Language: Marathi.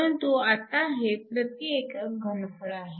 परंतु आता हे प्रति एकक घनफळ आहे